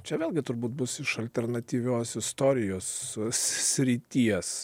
čia vėlgi turbūt bus iš alternatyvios istorijos srities